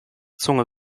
zunge